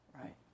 right